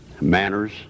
manners